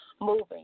moving